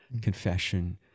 confession